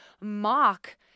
mock